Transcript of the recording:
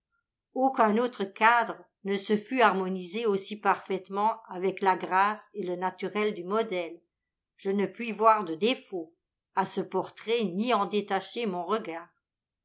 aucun autre cadre ne se fût harmonisé aussi parfaitement avec la grâce et le naturel du modèle je ne puis voir de défaut à ce portrait ni en détacher mon regard